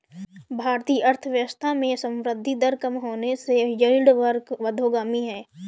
भारतीय अर्थव्यवस्था में संवृद्धि दर कम होने से यील्ड वक्र अधोगामी है